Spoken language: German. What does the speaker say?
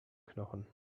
knochen